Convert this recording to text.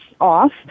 off